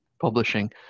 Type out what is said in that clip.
publishing